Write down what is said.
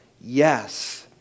yes